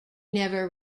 never